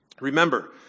Remember